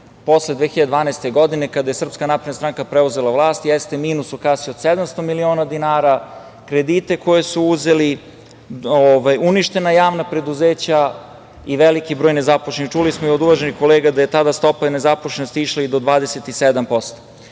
posle 2012. godine, kada je SNS preuzela vlast, jeste minus u kasi od 700 miliona dinara, kredite koje su uzeli, uništena javna preduzeća i veliki broj nezaposlenih. Čuli smo od uvaženih kolega da je tada stopa nezaposlenosti išla i do 27%.Od